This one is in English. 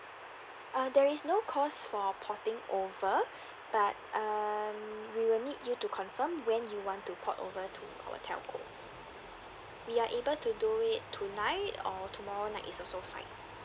uh there is no cost for porting over but um we will need you to confirm when you want to port over to our telco we are able to do it tonight or tomorrow night is also fine